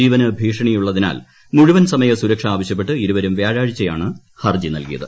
ജീവനു ഭീഷണിയുള്ളതിനാൽ മുഴുവൻ സമയ സുരക്ഷ ആവശ്യപ്പെട്ട് ഇരുവരും വ്യാഴാഴ്ചയാണ് ഹർജി നൽകിയത്